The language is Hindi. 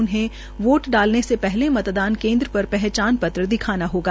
उन्हें वोट डालने से पहले मतदान केंद्र पर पहचान पत्र दिखाना होगा